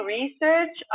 research